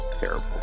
terrible